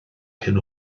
hyn